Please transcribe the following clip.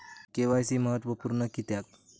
KYC महत्त्वपुर्ण किद्याक?